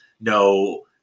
no